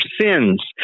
sins